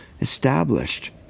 established